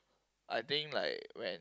I think like when